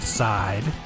side